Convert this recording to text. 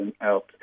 out